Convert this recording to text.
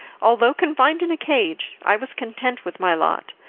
although confined in a cage, i was content with my lot,